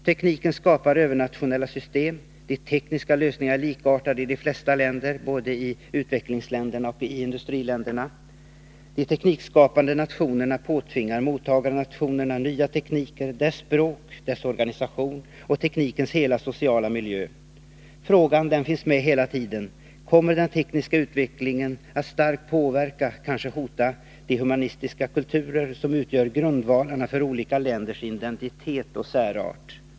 Tekniken skapar övernationella system, de tekniska lösningarna är likartade i de flesta länder, både i utvecklingsländerna och i industriländerna. De teknikskapande nationerna påtvingar mottagarnationerna nya tekniker, med dessas språk, dessas organisation och teknikens hela sociala miljö. Frågan finns med hela tiden: Kommer den tekniska utvecklingen att starkt påverka — kanske hota — de humana värden och humanistiska kulturer som utgör grundvalarna för olika länders identitet och särart?